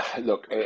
Look